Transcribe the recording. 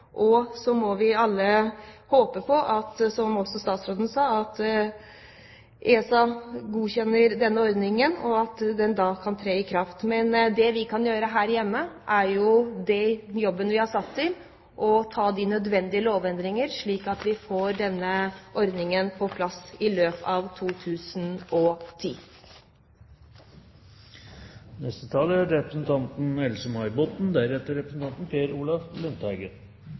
og så må vi alle håpe på, som også statsråden sa, at ESA godkjenner denne ordningen, og at den da kan tre i kraft. Men det vi altså kan gjøre her hjemme, er den jobben vi er satt til, nemlig å gjøre de nødvendige lovendringer, slik at vi får denne ordningen på plass i løpet av 2010. Det er